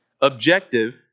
objective